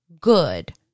good